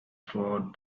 throughout